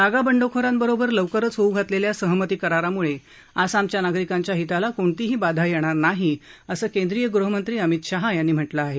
नागा बंडखोरांबरोबर लवकरच होऊ घातलेल्या सहमती कराराम्ळे आसामच्या नागरिकांच्या हिताला कोणतीही बाधा येणार नाही असं केंद्रीय गृहमंत्री अमित शहा यांनी म्हटलं आहे